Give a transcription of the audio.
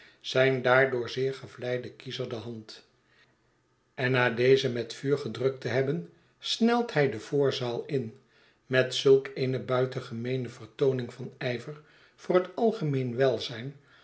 zijn daardoor zeer gevleiden kiezer de hand en na deze met vuur gedrukt te hebben snelt hij de voorzaal in met zulk eene buitengemeene vertooning van ijver voor het algemeen welzijn